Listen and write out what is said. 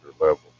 level